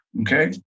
okay